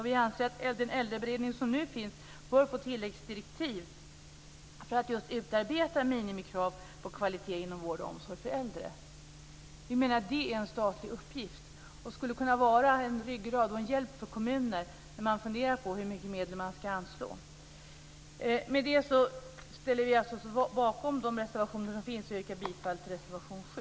Vi anser att den äldreberedning som nu finns bör få tilläggsdirektiv för att just utarbeta minimikrav på kvalitet inom vård och omsorg för äldre. Vi menar att det är en statlig uppgift och skulle kunna vara en ryggrad och en hjälp för kommuner när man funderar på omfattningen av de medel man ska anslå. Med detta ställer vi oss bakom de reservationer som avgetts, och jag yrkar bifall till reservation 7.